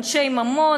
אנשי ממון.